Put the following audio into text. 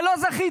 אבל לא זכיתם,